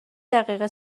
دقیقه